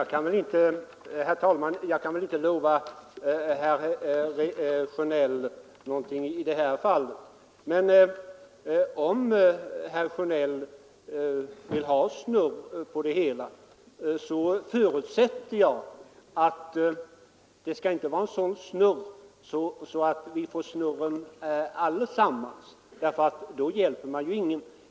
Herr talman! Jag kan inte lova herr Sjönell någonting i det här fallet. Herr Sjönell vill ha snurr på det hela. Men jag antar att det inte skall vara så att vi får snurren allesammans — då hjälper man ju ingen.